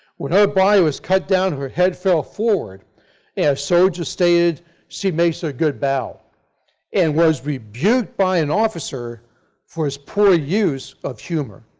when her body was cut down her head fell forward soldier stated she makes a good bow and was rebuked by an officer for his poor use of humor.